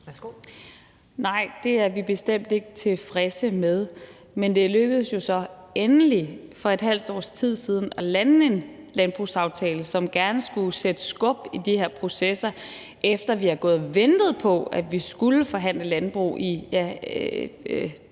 Nej, det er vi bestemt ikke tilfredse med, men det lykkedes jo så endelig for et halvt års tid siden at lande en landbrugsaftale, som gerne skulle sætte skub i de her processer, efter vi har gået og ventet på, at vi skulle forhandle landbrug i